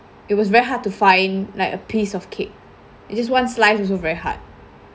it's was very hard to find like a piece of cake it's just one slice also very hard